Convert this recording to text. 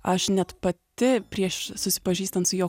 aš net pati prieš susipažįstant su jo komponuoju